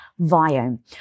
Viome